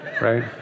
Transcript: Right